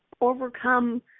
overcome